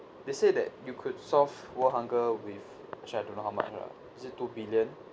they say that you could solve world hunger with actually I don't know how much ah is it two billion